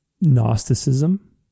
Gnosticism